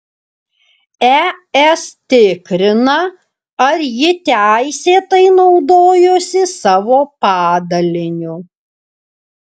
es tikrina ar ji teisėtai naudojosi savo padaliniu